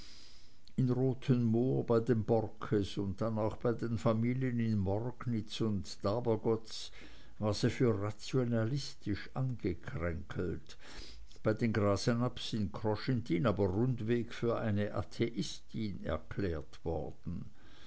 in rothenmoor bei den borckes und dann auch bei den familien in morgnitz und dabergotz war sie für rationalistisch angekränkelt bei den grasenabbs in kroschentin aber rundweg für eine atheistin erklärt worden